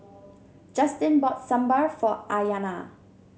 Justin bought Sambar for Aiyana